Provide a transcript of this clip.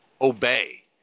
obey